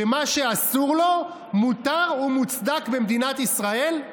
שמה שאסור לו, מותר ומוצדק במדינת ישראל"?